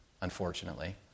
unfortunately